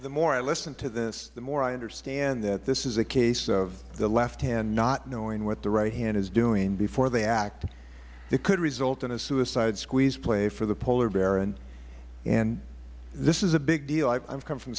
the more i listen to this the more i understand that this is a case of the left hand not knowing what the right hand is doing before they act that could result in a suicide squeeze play for the polar bear and this is a big deal i come from